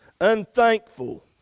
Unthankful